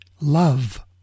love